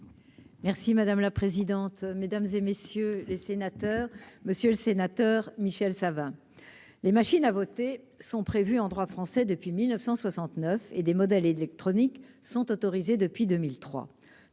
Merci madame la présidente, mesdames et messieurs les sénateurs, monsieur le sénateur Michel Savin, les machines à voter sont prévues en droit français depuis 1969 et des modèles électroniques sont autorisés depuis 2003,